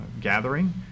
gathering